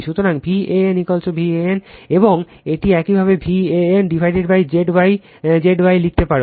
সুতরাং V AN এই V an যে এটি একইভাবে vanZ Y Z Y লিখতে পারে